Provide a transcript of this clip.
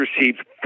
received